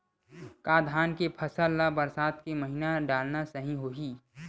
का धान के फसल ल बरसात के महिना डालना सही होही?